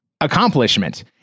accomplishment